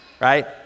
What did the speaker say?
right